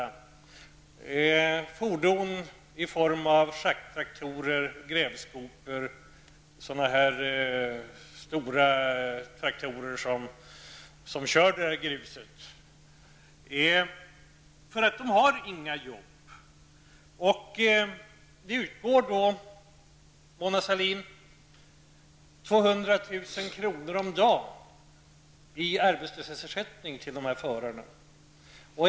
Det är fordon i form av schakttraktorer, grävskopor och stora traktorer som kör grus. Det är för att chaufförerna inte har några arbeten. Det utgår 200 000 kr. om dagen, Mona Sahlin, i arbetslöshetsersättning till förarna.